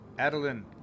Adeline